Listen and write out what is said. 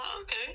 okay